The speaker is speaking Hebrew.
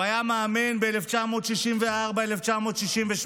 הוא היה מאמן ב-1964 1968,